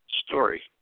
story